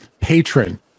patron